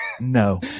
no